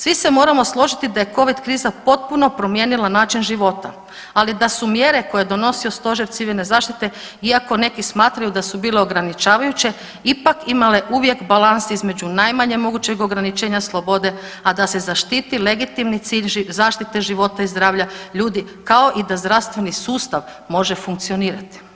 Svi se moramo složiti da je covid kriza potpuno promijenila način života, ali da su mjere koje je donosio stožer civilne zaštite iako neki smatraju da su bile ograničavajuće, ipak imale uvijek balans između najmanjeg mogućeg ograničenja slobode, a da se zaštiti legitimni cilj zaštite života i zdravlja ljudi kao i da zdravstveni sustav može funkcionirati.